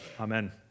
Amen